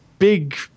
Big